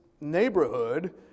neighborhood